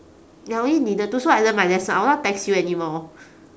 ya only needed to so I learned my lesson I won't text you anymore